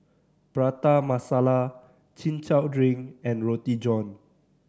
Prata Masala Chin Chow drink and Roti John